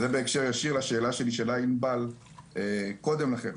זה בהקשר לשאלה שנשאלה על ידי ענבל קודם לכן,